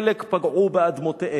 חלק, פגעו באדמותיהם,